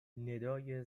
ندای